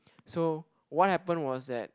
so what happened was that